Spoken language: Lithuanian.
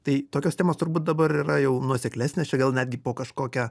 tai tokios temos turbūt dabar yra jau nuoseklesnės čia gal netgi po kažkokią